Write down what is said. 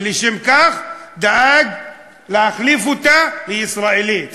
ולשם כך דאג להחליף אותה ל"ישראלי"; ציבורי,